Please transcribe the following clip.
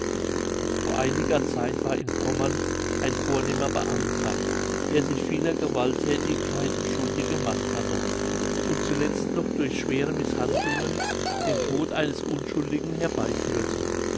vor einiger zeit war in pommern ein vornehmer beamter der sich vieler gewaltthätigkeiten schuldig gemacht hatte und zuletzt noch durch schwere mißhandlungen den tod eines unschuldigen herbeiführte